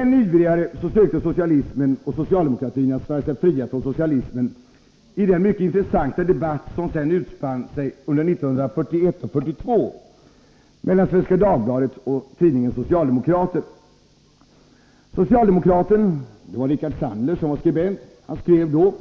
Än ivrigare sökte socialdemokratin att svära sig fri från socialismen i den mycket intressanta debatt som utspann sig under 1941 och 1942 mellan Svenska Dagbladet och tidningen Social-Demokraten. Rickard Lindström skrev då: